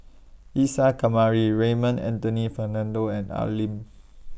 Isa Kamari Raymond Anthony Fernando and Al Lim